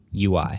ui